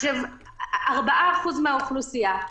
4% מהאוכלוסייה,